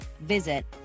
visit